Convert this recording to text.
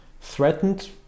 threatened